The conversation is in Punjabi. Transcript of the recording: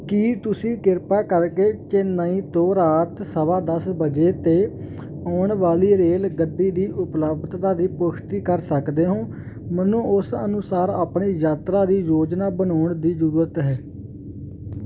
ਕੀ ਤੁਸੀਂ ਕਿਰਪਾ ਕਰਕੇ ਚੇਨਈ ਤੋਂ ਰਾਤ ਸਵਾ ਦਸ ਵਜੇ 'ਤੇ ਆਉਣ ਵਾਲੀ ਰੇਲਗੱਡੀ ਦੀ ਉਪਲੱਬਧਤਾ ਦੀ ਪੁਸ਼ਟੀ ਕਰ ਸਕਦੇ ਹੋ ਮੈਨੂੰ ਉਸ ਅਨੁਸਾਰ ਆਪਣੀ ਯਾਤਰਾ ਦੀ ਯੋਜਨਾ ਬਣਾਉਣ ਦੀ ਜ਼ਰੂਰਤ ਹੈ